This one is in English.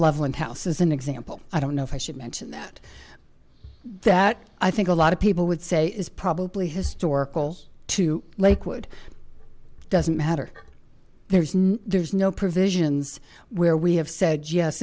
loveland house as an example i don't know if i should mention that that i think a lot of people would say is probably historical to lakewood doesn't matter there's no there's no provisions where we have said yes